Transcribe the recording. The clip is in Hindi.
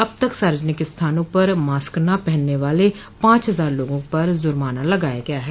अब तक सार्वजनिक स्थानों पर मास्क न पहनने वाले पांच हजार लोगों पर जुर्माना लगाया गया है